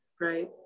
Right